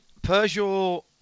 Peugeot